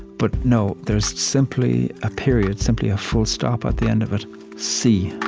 but no, there's simply a period, simply a full stop at the end of it see.